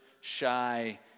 shy